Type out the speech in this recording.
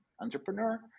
entrepreneur